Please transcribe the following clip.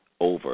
over